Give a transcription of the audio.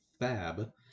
fab